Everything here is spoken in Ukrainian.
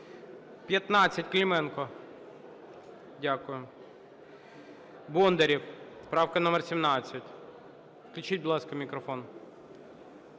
15, Клименко. Дякую. Бондарєв, правка номер 17. Включіть, будь ласка, мікрофон.